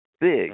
big